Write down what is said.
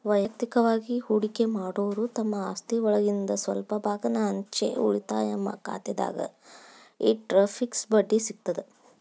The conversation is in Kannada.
ವಯಕ್ತಿಕವಾಗಿ ಹೂಡಕಿ ಮಾಡೋರು ತಮ್ಮ ಆಸ್ತಿಒಳಗಿಂದ್ ಸ್ವಲ್ಪ ಭಾಗಾನ ಅಂಚೆ ಉಳಿತಾಯ ಖಾತೆದಾಗ ಇಟ್ಟರ ಫಿಕ್ಸ್ ಬಡ್ಡಿ ಸಿಗತದ